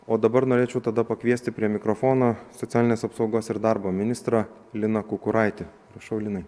o dabar norėčiau tada pakviesti prie mikrofono socialinės apsaugos ir darbo ministrą liną kukuraitį prašau linai